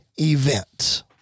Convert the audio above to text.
event